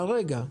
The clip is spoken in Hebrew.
כרגע.